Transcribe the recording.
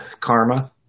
karma